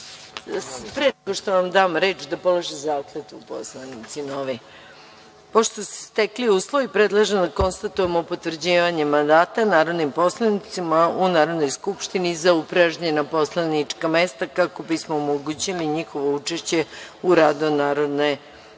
nego što vam dam reč, polagaće zakletvu novi poslanici. Pošto su se stekli uslovi, predlažem da konstatujemo potvrđivanje mandata narodnim poslanicima u Narodnoj skupštini za upražnjena poslanička mesta, kako bismo omogućili njihovo učešće u radu Narodne